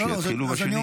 אז שיתחילו בשני.